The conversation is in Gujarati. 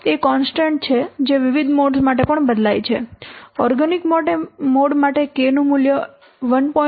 k એ કોન્સ્ટન્ટ છે જે વિવિધ મોડ્સ માટે પણ બદલાય છે ઓર્ગેનિક મોડ માટે k નું મૂલ્ય 1